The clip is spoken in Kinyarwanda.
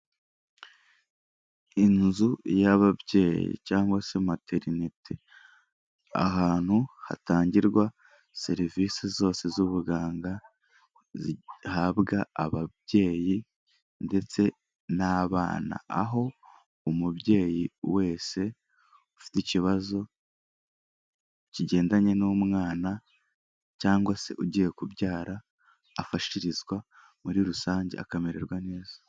Inzu y'ababyeyi cyangwa se materineti, ahantu hatangirwa serivisi zose z'ubuganga zihabwa ababyeyi ndetse n'abana, aho umubyeyi wese ufite ikibazo kigendanye n'umwana cyangwa se ugiye kubyara afashirizwa, muri rusange akamererwa neza.